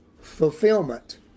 fulfillment